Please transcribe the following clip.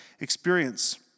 experience